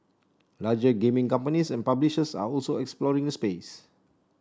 larger gaming companies and publishers are also exploring the space